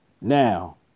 Now